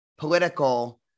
political